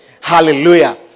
Hallelujah